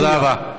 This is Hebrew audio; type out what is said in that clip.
תודה רבה.